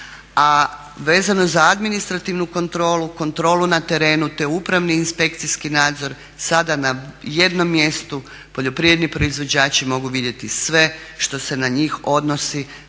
A vezano za administrativnu kontrolu, kontrolu na terenu te upravni inspekcijski nadzor sada na jednom mjestu poljoprivredni proizvođači mogu vidjeti sve što se na njih odnosi